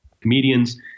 comedians